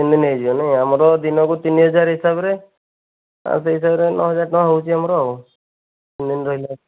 ତିନି ଦିନ ହେଇଯିବ ନାହିଁ ଆମର ଦିନକୁ ତିନି ହଜାର ହିସାବରେ ଆଉ ସେଇ ହିସାବରେ ନଅ ହଜାର ଟଙ୍କା ହେଉଛି ଆମର ଆଉ ତିନି ଦିନ ରହିଲେ